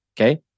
okay